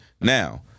Now